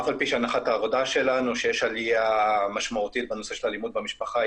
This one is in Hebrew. אף על פי שהנחת העבודה שלנו שיש עלייה משמעותית בנושא של אלימות במשפחה,